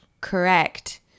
Correct